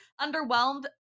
underwhelmed